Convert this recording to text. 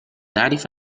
تعرف